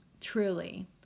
Truly